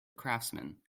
craftsmen